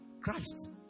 Christ